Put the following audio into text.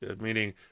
meaning